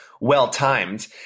well-timed